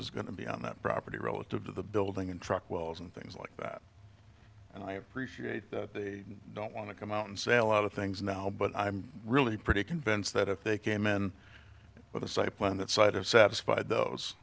is going to be on that property relative to the building and truck wells and things like that and i appreciate that they don't want to come out and say a lot of things now but i'm really pretty convinced that if they came in